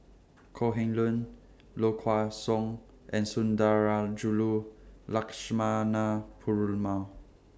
Kok Heng Leun Low Kway Song and Sundarajulu Lakshmana Perumal